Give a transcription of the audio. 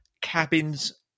cabins